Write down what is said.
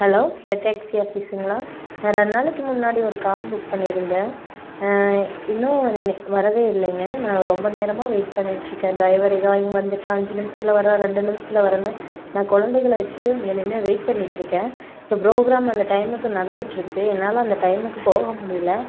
hello Red Taxi ஆஃபிஸுங்களா நான் ரெண்டு நாளைக்கு முன்னாடி ஒரு கார் புக் பண்ணியிருந்தேன் இன்னும் வரவே இல்லைங்க நான் ரொம்ப நேரமாக வெயிட் பண்ணிட்டுருக்கேன் ட்ரைவர் இதோ இங்கே வந்துட்டேன் அஞ்சு நிமிஷத்தில் வர்றேன் ரெண்டு நிமிஷத்தில் வர்றேன்னு நான் குழந்தைங்கள வச்சுட்டு இங்கே நின்று வெயிட் பண்ணிட்டுருக்கேன் இப்போ புரோகிராம் அந்த டைமுக்கு நடத்துட்டு இருக்கு என்னால் அந்த டைமுக்கு போக முடியலை